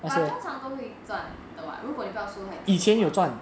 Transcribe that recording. but 通常都会赚的吧如果你不要收太久的话